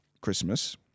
Christmas